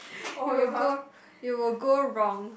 it will go it will go wrong